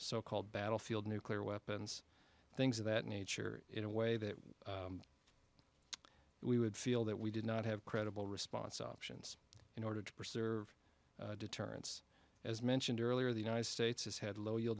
so called battlefield nuclear weapons things of that nature in a way that we would feel that we did not have credible response options in order to preserve deterrence as mentioned earlier the united states has had low y